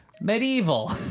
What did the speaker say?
medieval